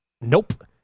Nope